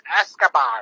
Escobar